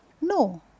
No